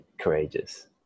courageous